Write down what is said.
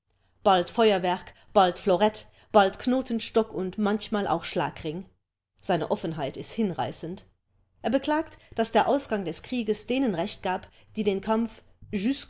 bald feuerwerk bald florett bald knotenstock und manchmal auch schlagring seine offenheit ist hinreißend er beklagt daß der ausgang des krieges denen recht gab die den kampf